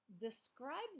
Describe